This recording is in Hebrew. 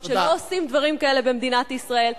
שלא עושים דברים כאלה במדינת ישראל.